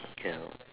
can not